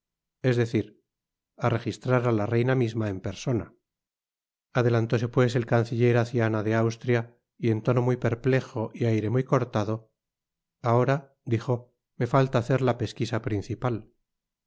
es decir á registrar á la reina misma en persona adelantóse pues el canciller hacia ana de austria y en tono muy perplejo y aire muy cortado ahora dijo me falta hacer la pesquisa principal